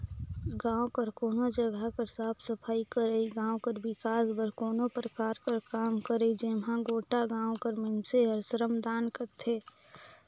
गाँव कर कोनो जगहा कर साफ सफई करई, गाँव कर बिकास बर कोनो परकार कर काम करई जेम्हां गोटा गाँव कर मइनसे हर श्रमदान करथे